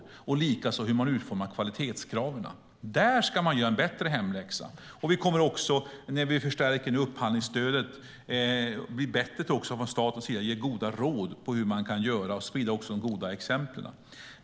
Det gäller också hur man utformar kvalitetskraven. Där ska man göra hemläxan bättre. När vi förstärker upphandlingsstödet ska staten också bli bättre på att ge goda råd om hur man kan göra och på att sprida de goda exemplen.